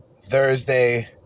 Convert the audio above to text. Thursday